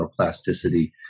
neuroplasticity